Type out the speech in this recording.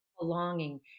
belonging